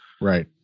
Right